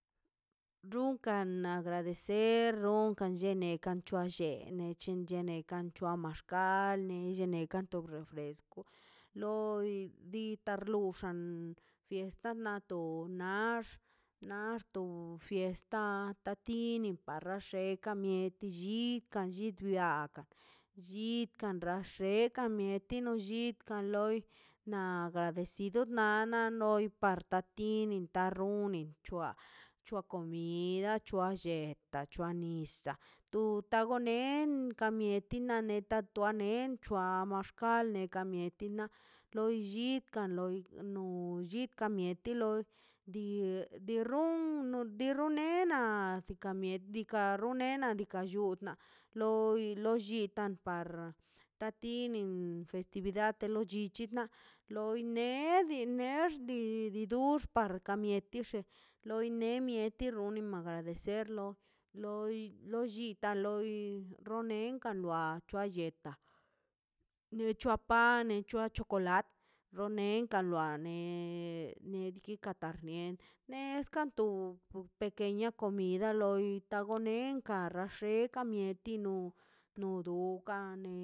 Runkan agradecer nekan c̱hua lle neche chene kan c̱hua maxkal lleneka kanto refresco loi di tan luxan fiesta na to na nax naxto fiesta ta tini para xeka mieti llikan llindiwia aga lli kan rash xeka mieti shid kam loina agradecido na loi par tatini par runin c̱hua pa c̱hua comida c̱hua lle da c̱hua nisaꞌ tu tago nen ka mieti ta tone c̱huabaꞌ maxkal tina lo llidkan loi no llidka mieti dii run dii run ne nad tikan ka ruena diikaꞌ llutna loi lollitan par ta tinin festividad de lo llichi na loi ne di nexdi di dox par kan mietix loi mi xi loi agradecerlo loi lollita loi loi lo renkan lua cha lleta ne c̱hua pan ne c̱hua chokolatə lo ruenkan ne ne diikaꞌ tar nie nez kanto pequeña comida loi nitan go lenka xeka ka mieti no no do ka ne.